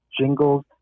jingles